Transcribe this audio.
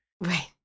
Right